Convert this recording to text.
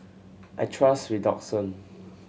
I trust Redoxon